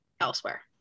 elsewhere